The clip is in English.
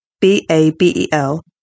B-A-B-E-L